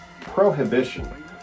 prohibition